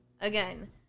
again